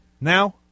Now